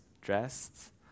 dressed